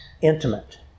intimate